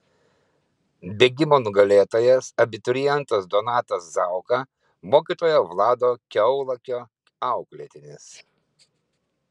bėgimo nugalėtojas abiturientas donatas zauka mokytojo vlado kiaulakio auklėtinis